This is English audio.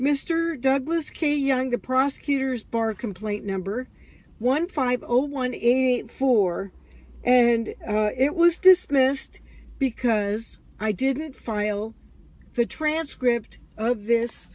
mr douglas kaye young the prosecutor's bar complaint number one five zero one eight four and it was dismissed because i didn't file the transcript of this